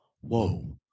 whoa